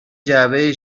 جعبه